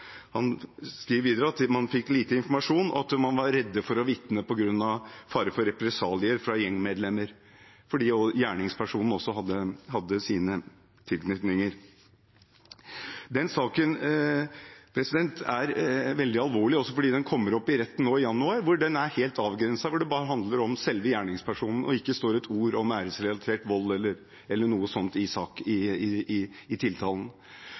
Han skriver videre at man fikk lite informasjon, og at man var redd for å vitne på grunn av fare for represalier fra gjengmedlemmer, fordi gjerningspersonen også hadde sine tilknytninger. Den saken er veldig alvorlig, også fordi den kommer opp i retten nå i januar, der den er helt avgrenset, der det bare handler om selve gjerningspersonen, og der det ikke står et ord om æresrelatert vold eller noe sånt i tiltalen. Jeg skal nevne et eksempel til, drapet på Strømmen i